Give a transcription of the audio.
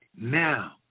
now